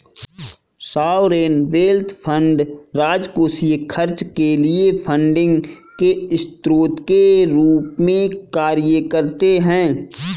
sovereign wealth fund राजकोषीय खर्च के लिए फंडिंग के स्रोत के रूप में कार्य करते हैं